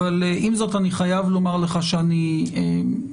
אבל עם זאת אני חייב לומר לך שגם אינני